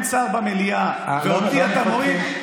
ואותי אתה מוריד,